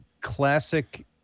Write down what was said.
classic